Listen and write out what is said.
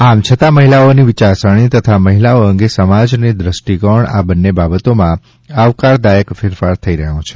આમ છતાં મહિલાઓની વિચારસરણી તથા મહિલાઓ અંગે સમાજને દૃષ્ટિકોણ આ બંને બાબતોમાં આવકારદાયક ફેરફાર થઈ રહ્યો છે